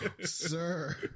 sir